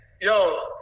yo